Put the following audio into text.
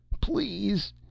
Please—